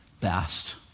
best